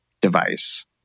device